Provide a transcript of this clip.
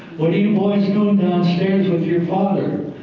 what are you boys doing downstairs with your father?